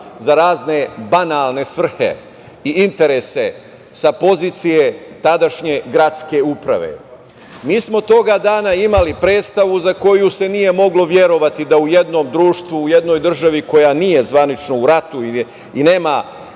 za razne banalne svrhe i interese sa pozicije tadašnje gradske uprave. Mi smo toga dana imali predstavu za koju se nije moglo verovati da u jednom društvu u jednoj državi, koja nije zvanično u ratu i nema